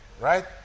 right